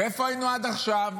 ואיפה היינו עד עכשיו?